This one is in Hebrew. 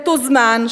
מתוזמן,